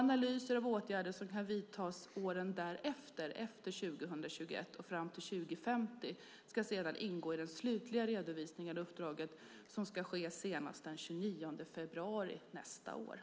Analyser av åtgärder som kan vidtas efter 2021 och fram till 2050 ska sedan ingå i den slutliga redovisningen av uppdraget som ska ske senast den 29 februari 2012.